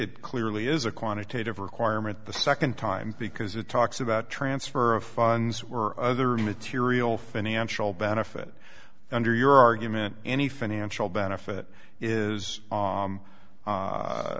it clearly is a quantitative requirement the second time because it talks about transfer of funds were other material financial benefit under your argument any financial benefit is